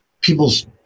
people's